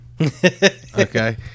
Okay